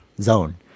zone